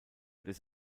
des